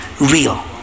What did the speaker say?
real